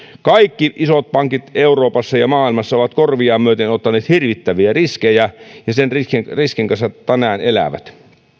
kaikki isot pankit euroopassa ja maailmassa ovat korviaan myöten ottaneet hirvittäviä riskejä ja sen riskin kanssa tänään elävät